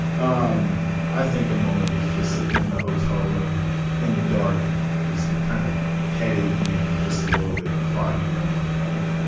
um i think the moment was just sitting in the hotel room in the dark just kind of headache in just a little bit foggy and i'm like in